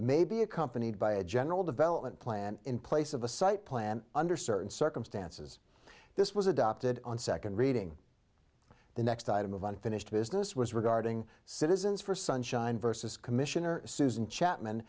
may be accompanied by a general development plan in place of a site plan under certain circumstances this was adopted on second reading the next item of unfinished business was regarding citizens for sunshine versus commissioner susan chatman